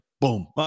boom